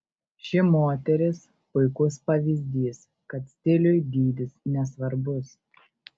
ši moteris puikus pavyzdys kad stiliui dydis nesvarbus